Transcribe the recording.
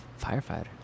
Firefighter